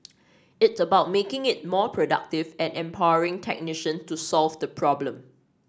it's about making it more productive and empowering technician to solve the problem